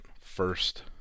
First